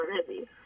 already